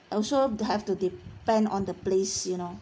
also have to depend on the place you know